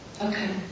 okay